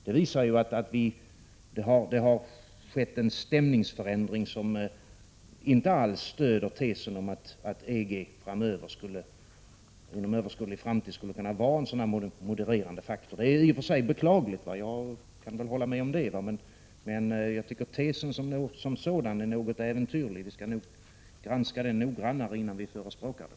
Det visar att det har skett en stämningsförändring, som inte alls stöder tesen om att EG inom en överskådlig framtid skulle kunna vara någon modererande faktor. Det är i och för sig beklagligt, men jag tycker att tesen som sådan är något äventyrlig. Vi bör nog granska den noggrannare innan vi förespråkar den.